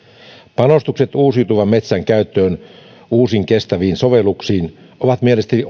panostukset uusiutuvan metsän käyttöön uusiin kestäviin sovelluksiin ovat mielestäni